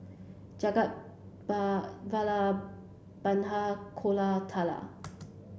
Jagat Vallabhbhai Koratala